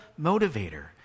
motivator